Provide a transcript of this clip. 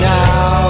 now